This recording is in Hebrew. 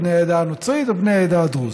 בני העדה הנוצרית או בני העדה הדרוזית.